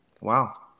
wow